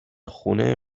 خونه